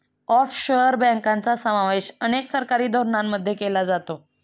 offshore बँकांचा समावेश अनेक सरकारी धोरणांमध्ये केला जातो